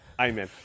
Amen